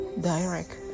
direct